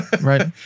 Right